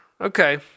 Okay